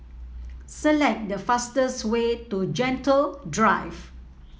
select the fastest way to Gentle Drive